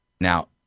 Now